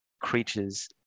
creatures